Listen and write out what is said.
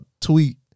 tweet